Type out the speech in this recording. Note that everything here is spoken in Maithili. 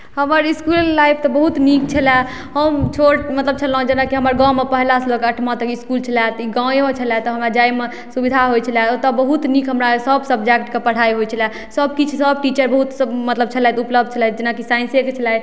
हमर इसकुल लाइफ तऽ बहुत नीक छलै हम छोट मतलब छलहुॅं जेना कि हमर गाँवमे पहला से लऽ कऽ आठमा तक इसकुल छलै तऽ ई गाँवएमे छलै तऽ हमरा जाहिमे सुविधा होइ छलै ओतोऽ बहुत नीक हमरा सब सब्जैक्टके पढ़ाइ होइ छलै सब किछु सब टीचर बहुत सब मतलब छलथि उपलब्ध छलथि जेना कि साइन्सेके छलथि